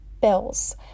bills